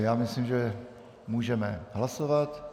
Já myslím, že můžeme hlasovat.